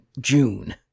June